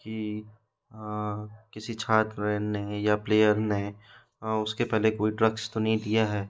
कि किसी छात्र ने या प्लेयर ने उसके पहले कोई ड्रग्स तो नही लिया है